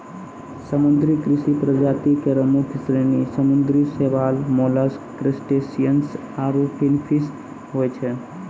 समुद्री कृषि प्रजाति केरो मुख्य श्रेणी समुद्री शैवाल, मोलस्क, क्रसटेशियन्स आरु फिनफिश होय छै